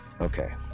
Okay